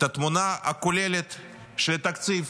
את התמונה הכוללת של התקציב,